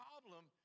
problem